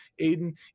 Aiden